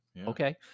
okay